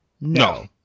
No